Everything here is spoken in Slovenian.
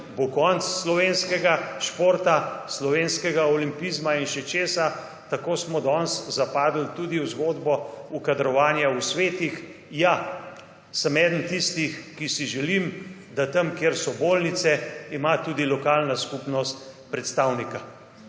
bo konec slovenskega športa, slovenskega olimpizma in še česa, tako smo danes zapadli tudi v zgodbo v kadrovanje v svetih. Ja, sem eden tistih, ki si želim, da tam kjer so bolnice, ima tudi lokalna skupnost predstavnika.